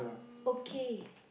okay